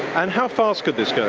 and how fast could this go?